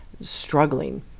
struggling